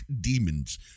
demons